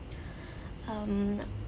um